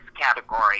category